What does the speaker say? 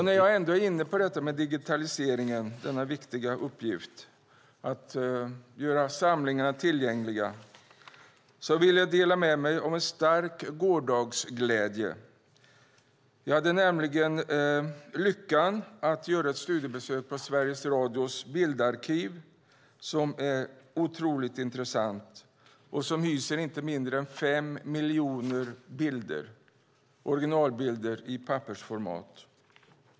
När jag ändå är inne på digitaliseringen, denna viktiga uppgift med att göra samlingarna tillgängliga, vill jag dela med mig av en stark gårdagsglädje. Jag hade nämligen lyckan att göra ett studiebesök på Sveriges Radios bildarkiv, som är otroligt intressant och som hyser inte mindre än fem miljoner originalbilder i pappersformat.